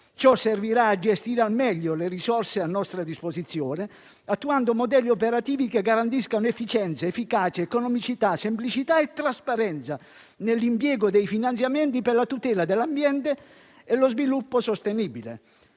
Ciò servirà a gestire al meglio le risorse a nostra disposizione, attuando modelli operativi che garantiscono efficienza, efficacia, economicità, semplicità e trasparenza nell'impiego dei finanziamenti per la tutela dell'ambiente e lo sviluppo sostenibile.